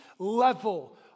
level